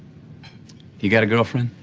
you got a girlfriend?